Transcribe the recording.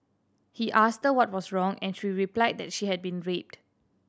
he asked her what was wrong and she replied that she had been raped